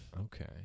Okay